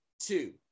two